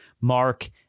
Mark